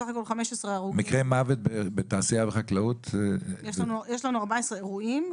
מקרה מוות בתעשייה ובחקלאות --- יש לנו 14 אירועים,